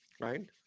right